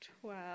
twelve